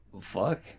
fuck